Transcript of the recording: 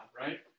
right